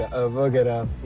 ah omega